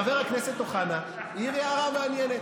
חבר הכנסת אוחנה העיר הערה מעניינת.